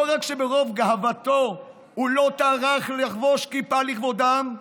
לא רק שברוב גאוותו הוא לא טרח לחבוש כיפה לכבודם,